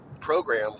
program